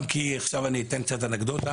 עכשיו אני אתן קצת אנקדוטה,